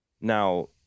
Now